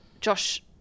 Josh